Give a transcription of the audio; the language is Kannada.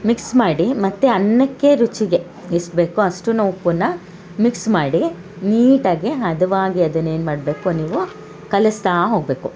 ಮಿಕ್ಸ್ ಮಾಡಿ ಮತ್ತು ಅನ್ನಕ್ಕೆ ರುಚಿಗೆ ಎಷ್ಟು ಬೇಕೋ ಅಷ್ಟನ ಉಪ್ಪನ್ನ ಮಿಕ್ಸ್ ಮಾಡಿ ನೀಟಾಗೆ ಹದವಾಗಿ ಅದನ್ನ ಏನು ಮಾಡಬೇಕು ನೀವು ಕಲಿಸ್ತಾ ಹೋಗಬೇಕು